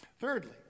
Thirdly